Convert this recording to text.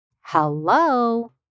hello